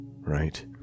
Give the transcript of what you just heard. Right